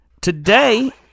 Today